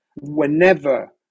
whenever